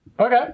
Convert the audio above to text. Okay